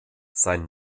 sein